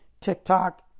TikTok